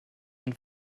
und